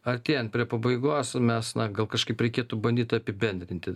artėjant prie pabaigos mes na gal kažkaip reikėtų bandyt apibendrinti